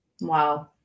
Wow